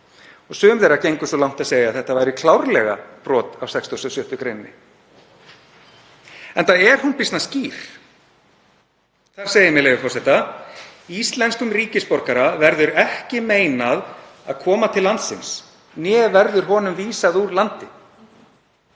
Sum þeirra ganga svo langt að segja að þetta væri klárlega brot á 66. gr., enda er hún býsna skýr. Þar segir, með leyfi forseta: „Íslenskum ríkisborgara verður ekki meinað að koma til landsins né verður honum vísað úr landi.“